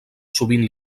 sovint